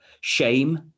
Shame